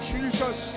Jesus